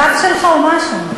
הגב שלך הוא משהו.